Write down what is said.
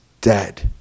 dead